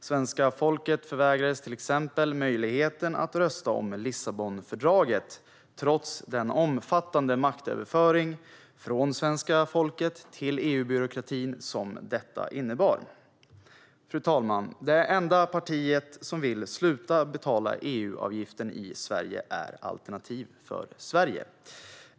Svenska folket förvägrades till exempel möjligheten att rösta om Lissabonfördraget, trots den omfattande maktöverföring från svenska folket till EU-byråkratin som detta innebar. Fru talman! Det enda parti i Sverige som vill sluta betala EU-avgiften är Alternativ för Sverige.